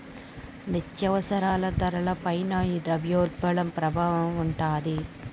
నిత్యావసరాల ధరల పైన ఈ ద్రవ్యోల్బణం ప్రభావం ఉంటాది